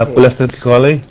elicit a